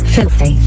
Filthy